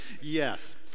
yes